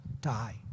die